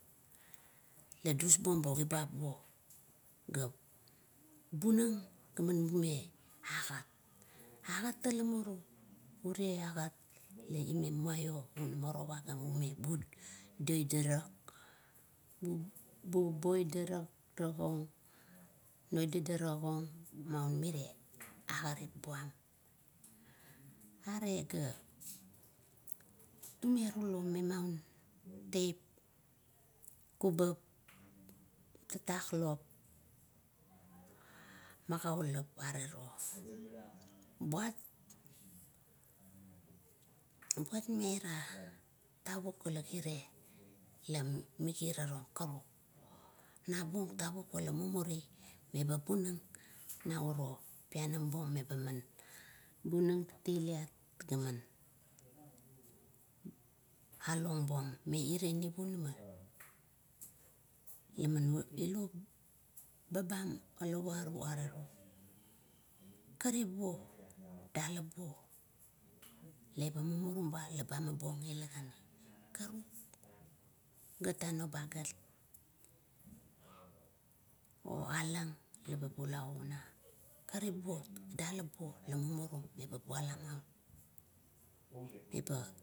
Ladusbuong bo kibap buong ga bunang ga ma bunang un agat, gat ula muru rure agat laman wanlo morowa ang bun, dea darak, boi boi darak, noi dadarakong ure agarip buam. Are gak, tume rulo memaun tap, kubap, tatak lop, magaulap are ro, buat, buat miavia tavuk ila girea ga mi, migirarao, karuk, na bung tavuk ila mumuri, eba bunang nauro pianam bung meba man, bunang tatailit gaman alonbuong. meire nivunamat la ilo babam ulavaru, marigibuog dalap buo, meba agimabuong ila gani. Karuk a noba gatk a alang laba bula aun. Karukan dalap buog la mumurum leba.